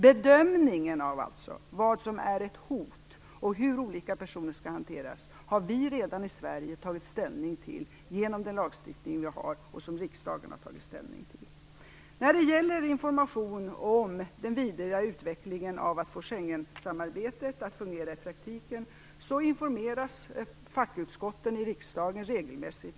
Bedömningen av vad som alltså är ett hot och hur olika personer skall hanteras har vi redan i Sverige tagit ställning till genom den lagstiftning vi har som riksdagen har tagit ställning till. När det gäller information om den vidare utvecklingen av att få Schengensamarbetet att fungera i praktiken informeras fackutskotten i riksdagen regelmässigt.